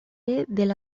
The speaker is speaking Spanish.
del